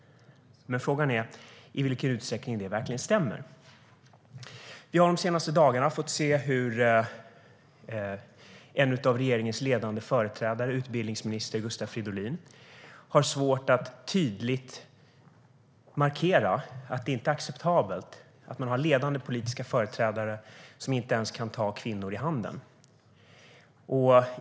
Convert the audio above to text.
Men frågan är i vilken utsträckning det verkligen stämmer. Vi har de senaste dagarna fått se hur en av regeringens ledande företrädare, utbildningsminister Gustav Fridolin, har svårt att tydligt markera att det inte är acceptabelt med ledande politiska företrädare som inte ens kan ta kvinnor i hand.